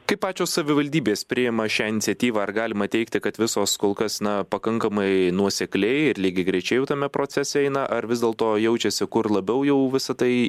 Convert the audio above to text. kaip pačios savivaldybės priima šią iniciatyvą ar galima teigti kad visos kol kas na pakankamai nuosekliai ir lygiagrečiai jau tame procese eina ar vis dėlto jaučiasi kur labiau jau visa tai